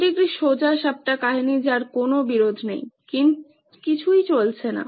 এটি একটি সোজাসাপ্টা কাহিনী যার কোনো বিরোধ নেইকিছুই চলছে না